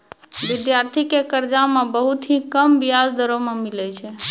विद्यार्थी के कर्जा मे बहुत ही कम बियाज दरों मे मिलै छै